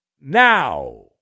now